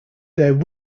their